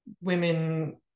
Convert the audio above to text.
women